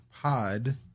pod